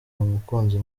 umukunzi